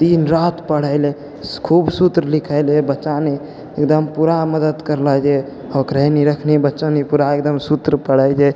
दिन राति पढ़ैले खूब सूत्र लिखैले बच्चा मे एकदम पूरा मदद करलौ जे होकरे नी रखनी बचानी पूरा एकदम सूत्र पढ़ै जे